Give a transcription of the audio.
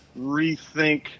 rethink